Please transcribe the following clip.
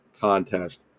contest